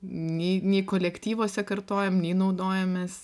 nei nei kolektyvuose kartojam nei naudojamės